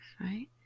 right